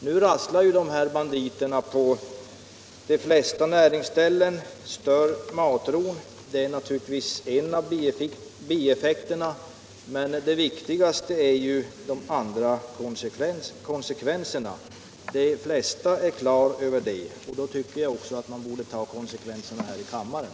Nu rasslar de här banditerna på de flesta näringsställen, stör matron — det är naturligtvis en av bieffekterna — och har en mängd andra konsekvenser, vilket är det viktigaste. De flesta är på det klara med det och då tycker jag också att man borde ta hänsyn till detta här i kammaren.